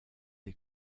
des